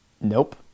Nope